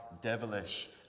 devilish